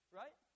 right